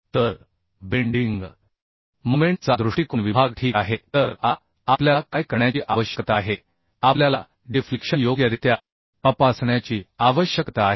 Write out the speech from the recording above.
तर bending moment चा दृष्टीकोन विभाग ठीक आहे तर आता आपल्याला काय करण्याची आवश्यकता आहे आपल्याला डिफ्लेक्शन योग्यरित्या तपासण्याची आवश्यकता आहे